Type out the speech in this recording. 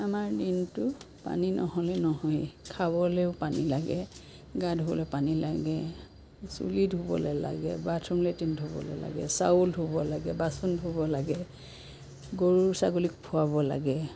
আমাৰ দিনটো পানী নহ'লে নহয়েই খাবলৈও পানী লাগে গা ধুবলৈ পানী লাগে চুলি ধুবলৈ লাগে বাথৰুম লেট্ৰিন ধুব লাগে চাউল ধুব লাগে বাচন ধুব লাগে গৰু ছাগলীক খুৱাব লাগে